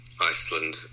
Iceland